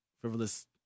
frivolous